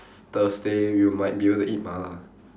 thursday we might be able to eat mala